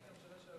כי עלה השחר.